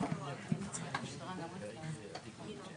המשטרה ביקשו,